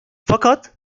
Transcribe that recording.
fakat